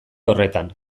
horretan